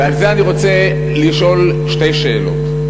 ועל זה אני רוצה לשאול שתי שאלות.